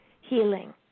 healing